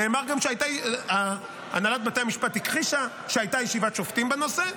נאמר גם שהנהלת בתי המשפט הכחישה שהייתה ישיבת שופטים בנושא.